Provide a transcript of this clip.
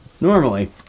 Normally